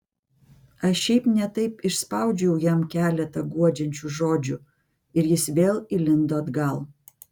aš šiaip ne taip išspaudžiau jam keletą guodžiančių žodžių ir jis vėl įlindo atgal